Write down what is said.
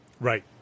Right